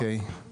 אוקיי.